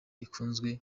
ikunzwe